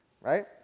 Right